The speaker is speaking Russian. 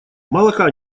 молока